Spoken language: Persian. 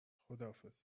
خداحافظ